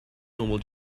normal